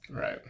Right